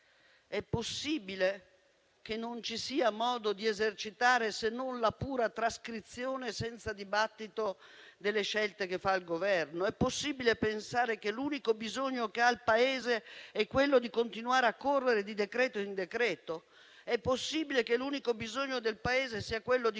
È possibile che non ci sia modo di esercitare se non la pura trascrizione senza dibattito delle scelte che fa il Governo? È possibile pensare che l'unico bisogno che ha il Paese sia continuare a correre di decreto in decreto? È possibile che l'unico bisogno del Paese sia